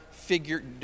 figure